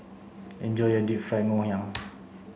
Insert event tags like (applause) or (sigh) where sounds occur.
enjoy your deep fried Ngoh Hiang (noise)